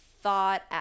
thought